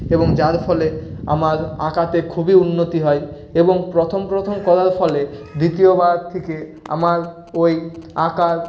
এবং যার ফলে আমার আঁকাতে খুবই উন্নতি হয় এবং প্রথম প্রথম করাল ফলে দ্বিতীয়বার থেকে আমার ওই আঁকার